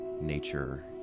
nature